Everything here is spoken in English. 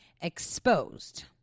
exposed